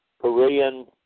Korean